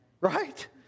right